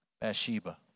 Bathsheba